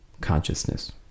consciousness